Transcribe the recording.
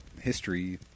history